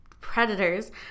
predators